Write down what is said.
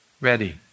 ready